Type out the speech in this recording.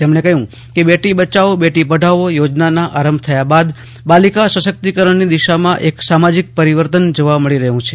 તેમણે કહ્યું કે બેટી બચાવો બેટી પઢાઓ યોજનાના આરંભ થયા બાદ બાલિકા સશક્તિકરણની દિશામાં એક સામાજીક પરીવર્તન જોવા મળી રહ્યું છે